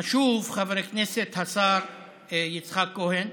הוא חשוב, חבר הכנסת השר יצחק כהן,